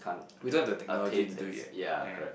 without the technology to do it eh ya